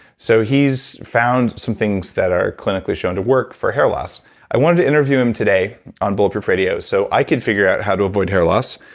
so he's found some things that are clinically shown to work for hair loss i wanted to interview him today on bulletproof radio so i could figure out how to avoid hair loss.